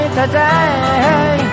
today